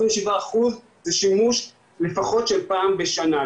27% זה שימוש לפחות של פעם בשנה.